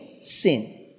sin